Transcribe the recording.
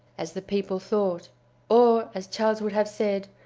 as the people thought or, as charles would have said,